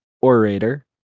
orator